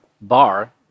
bar